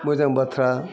मोजां बाथ्रा